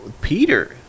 Peter